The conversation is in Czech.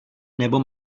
nebo